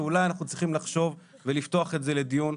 הגיע הזמן שאולי אנחנו צריכים לחשוב ולפתוח את זה לדיון,